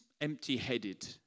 empty-headed